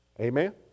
Amen